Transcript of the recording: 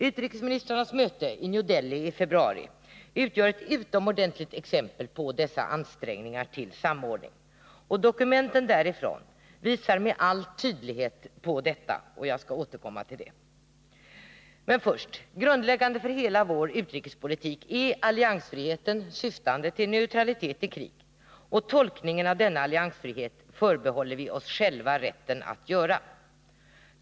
Utrikesministrarnas möte i New Delhi i februari utgör ett utomordentligt exempel på dessa ansträngningar till samordning — det visar dokumenten därifrån med all tydlighet; jag skall återkomma till det. Grundläggande för hela vår utrikespolitik är alliansfriheten, syftande till neutralitet i krig. Tolkningen av denna alliansfrihet förbehåller vi oss själva rätten att göra.